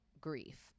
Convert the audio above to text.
grief